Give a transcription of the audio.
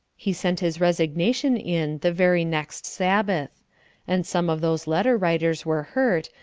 he sent his resignation in the very next sabbath and some of those letter-writers were hurt,